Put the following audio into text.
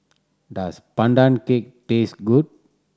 does Pandan Cake taste good